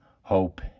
hope